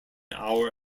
our